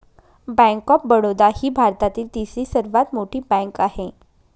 bank of Baroda ही भारतातील तिसरी सर्वात मोठी बँक आहे